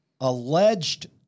alleged